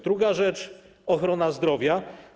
Druga rzecz - ochrona zdrowia.